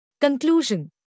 Conclusion